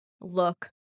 look